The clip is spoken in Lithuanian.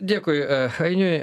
dėkui ainiui